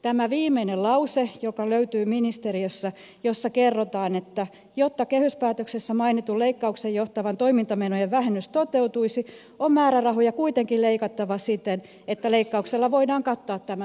tässä viimeisessä lauseessa joka löytyy ministeriöstä kerrotaan että jotta kehyspäätöksessä mainittu leikkaukseen johtava toimintamenojen vähennys toteutuisi on määrärahoja kuitenkin leikattava siten että leikkauksella voidaan kattaa tämä sama vaikutus